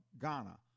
Ghana